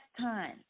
time